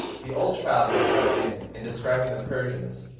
the old traveller chardin, in describing the persians,